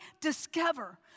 discover